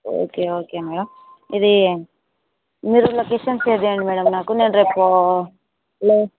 okay okay madam ఇది మీరు location share చేయండి మ్యాడమ్ నాకు నేను రేపు హలో